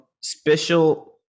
special